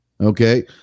Okay